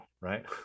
right